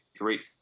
great